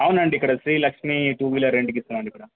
అవునండి ఇక్కడ Srilakshmi two wheeler రెంట్కి ఇస్తున్నాం అండి ఇక్కడ